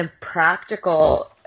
practical